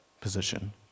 position